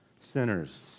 Sinners